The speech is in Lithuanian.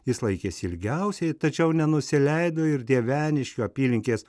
jis laikėsi ilgiausiai tačiau nenusileido ir dieveniškių apylinkės